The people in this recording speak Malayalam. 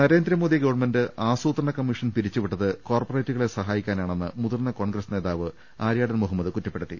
നരേന്ദ്രമോദി ഗവൺമെന്റ് ആസൂത്രണ കമ്മിഷൻ പിരിച്ചുവിട്ടത് കോർപ്പറേറ്റുകളെ സഹായിക്കാനാണെന്ന് മുതിർന്ന് കോൺഗ്രസ് നേതാവ് ആര്യാടൻ മുഹമ്മദ് കുറ്റപ്പെടുത്തി